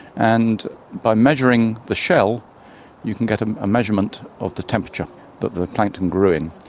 and by measuring the shell you can get a ah measurement of the temperature that the plankton grew in.